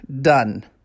done